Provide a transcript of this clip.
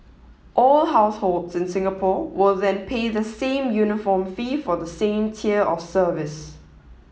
all households in Singapore will then pay the same uniform fee for the same tier of service